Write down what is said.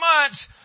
months